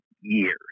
years